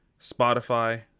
Spotify